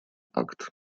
акт